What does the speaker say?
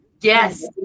Yes